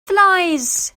fireflies